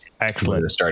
Excellent